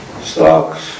stocks